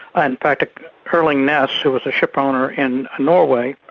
ah in fact erling ness, who was a shipowner in ah norway,